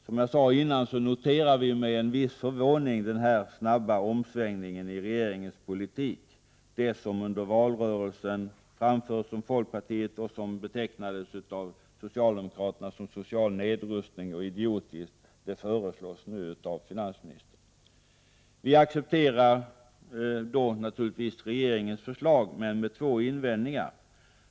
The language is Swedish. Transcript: Som jag tidigare sagt noterar vi med viss förvåning den här snabba omsvängningen i regeringens politik. Nu föreslår ju finansministern samma saker som folkpartiet framförde under valrörelsen men som av socialdemokraterna betecknades som social nedrustning och som idiotiska. Vi accepterar naturligtvis regeringens förslag, men vi har två invändningar.